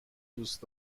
دوست